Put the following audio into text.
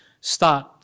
start